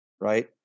right